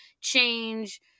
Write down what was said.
change